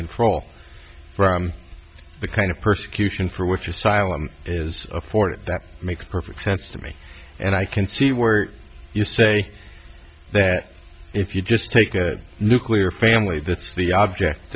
control the kind of persecution for which asylum is afforded that makes perfect sense to me and i can see where you say that if you just take a nuclear family that's the object